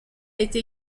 été